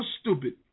stupid